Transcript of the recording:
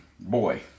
Boy